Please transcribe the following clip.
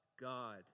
God